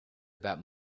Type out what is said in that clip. about